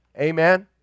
Amen